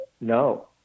no